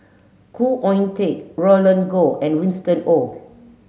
Khoo Oon Teik Roland Goh and Winston Oh